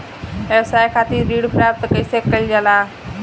व्यवसाय खातिर ऋण प्राप्त कइसे कइल जाला?